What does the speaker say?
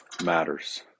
matters